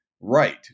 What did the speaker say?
right